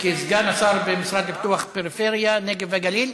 כסגן השר במשרד לפיתוח הפריפריה, הנגב והגליל,